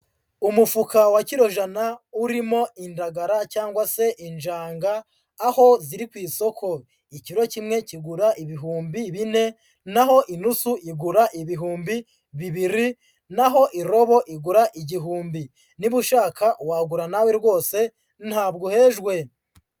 Umufuka wa kiro jana urimo indagara cyangwag se injanga, aho ziri ku isoko. Ikiro kimwe kigura ibihumbi bine naho inusu igura ibihumbi bibiri, naho irobo igura igihumbi. Niba ushaka wagura nawe rwose ntabwo uhejwe.